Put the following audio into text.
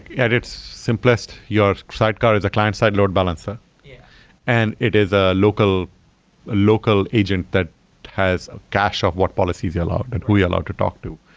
at its simplest, your sidecar is a client side load balancer and it is a local a local agent that has ah cache of what policies you allowed, that we allow to talk to.